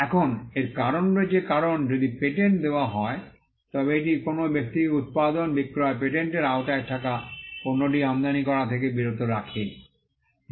এখন এর কারণ রয়েছে কারণ যদি পেটেন্ট দেওয়া হয় তবে এটি কোনও ব্যক্তিকে উত্পাদন বিক্রয় পেটেন্টের আওতায় থাকা পণ্যটি আমদানি করা থেকে বিরত রাখে